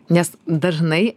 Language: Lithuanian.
nes dažnai